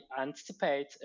anticipate